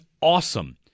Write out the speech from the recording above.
awesome